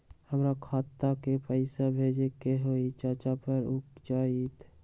हमरा खाता के पईसा भेजेए के हई चाचा पर ऊ जाएत?